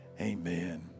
Amen